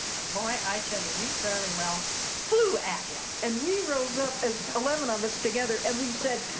boy i tell you, we fairly well flew at him! and, we rose up as eleven of us together and we said,